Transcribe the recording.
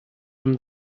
from